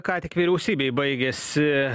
ką tik vyriausybėj baigėsi